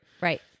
Right